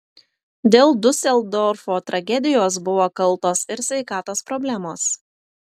dėl diuseldorfo tragedijos buvo kaltos ir sveikatos problemos